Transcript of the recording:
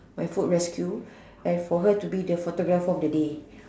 my food rescue and for her to be the photographer of the day